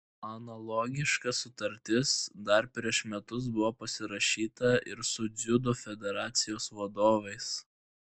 analogiška sutartis dar prieš metus buvo pasirašyta ir su dziudo federacijos vadovais